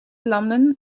landen